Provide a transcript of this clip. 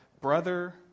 Brother